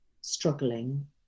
struggling